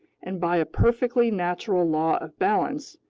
and by a perfectly natural law of balance,